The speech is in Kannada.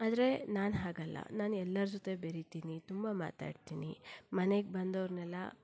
ಆದರೆ ನಾನು ಹಾಗಲ್ಲ ನಾನು ಎಲ್ಲರ ಜೊತೆ ಬೆರಿತೀನಿ ತುಂಬ ಮಾತಾಡ್ತೀನಿ ಮನೆಗೆ ಬಂದೋರ್ನೆಲ್ಲ